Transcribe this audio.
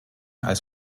als